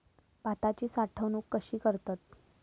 भाताची साठवूनक कशी करतत?